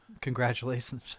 Congratulations